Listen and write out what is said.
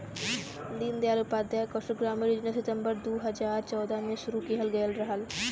दीन दयाल उपाध्याय कौशल ग्रामीण योजना सितम्बर दू हजार चौदह में शुरू किहल गयल रहल